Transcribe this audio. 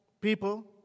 people